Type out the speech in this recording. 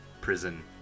prison